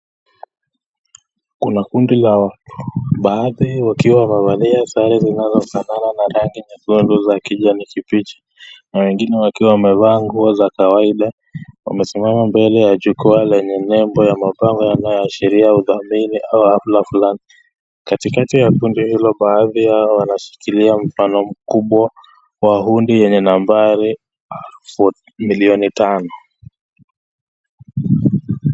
Kuna kundi la watu baadhi wakiwa wamevaa sare zinazofanana na rangi nyeupe na za kijani kibichi na wengine wakiwa wamevaa nguo za kawaida. Wamesimama mbele ya jukwaa lenye nembo ya mabango yanayoashiria udhamini au hafla fulani. Katikati ya kundi hilo baadhi yao wanashikilia mfano mkubwa wa hundi yenye nambari milioni tano.